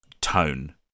tone